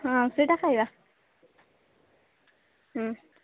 ହଁ ସେଟା ଖାଇବା